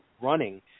running